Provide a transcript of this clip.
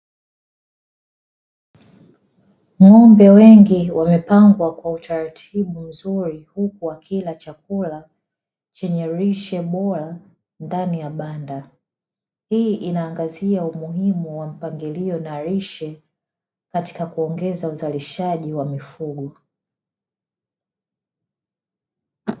Ng'ombe wengi wamepangwa kwa utaratibu mzuri huku wakila chakula chenye lishe bora ndani ya banda, hii inaangazia umuhimu wa mpangilio na lishe katika kuongeza uzalishaji wa mifugo.